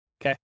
Okay